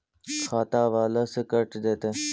खाता बाला से कट जयतैय?